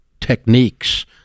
techniques